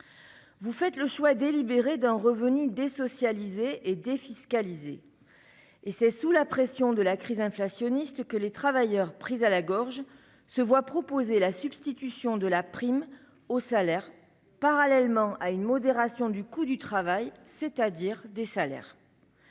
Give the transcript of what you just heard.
Vous faites le choix délibéré d'un revenu désocialisé et défiscalisé. Et c'est sous la pression de la crise inflationniste que les travailleurs, pris à la gorge, se voient proposer la substitution de la prime au salaire, parallèlement à une modération du coût du travail, c'est-à-dire des salaires.